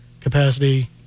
capacity